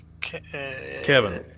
Kevin